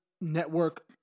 network